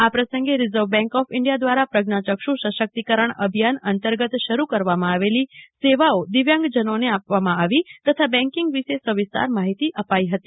આ પ્રસંગે reserve bank of India દ્વારા પ્રજ્ઞાચક્ષુ સશક્તિકરણ અભિયાન અંતર્ગત શરૂ કરવામાં આવેલી સેવાઓ દિવ્યાંગજનોને આપવામાં આવી તથા બેન્કિંગ વિશે સવિસ્તાર માહિતી અપાઈ હતી